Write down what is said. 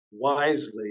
wisely